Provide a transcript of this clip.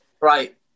Right